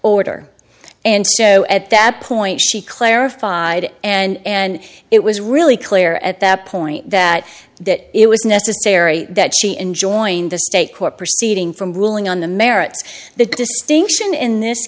order and so at that point she clarified and it was really clear at that point that that it was necessary that she enjoined the state court proceeding from ruling on the merits the distinction in this